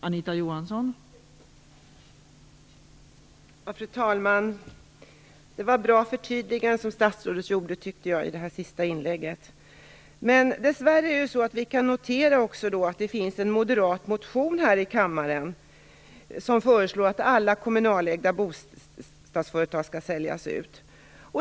Fru talman! Jag tycker att statsrådet gjorde bra förtydliganden i det senaste inlägget. Dess värre kan vi notera att det finns en moderat motion här i kammaren som föreslår att alla kommunalägda bostadsföretag skall säljas ut.